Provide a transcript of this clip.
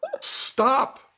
stop